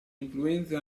influenze